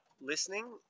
listening